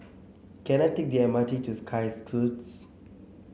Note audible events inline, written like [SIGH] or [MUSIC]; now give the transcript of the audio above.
can I take the M R T to Sky [UNINTELLIGIBLE]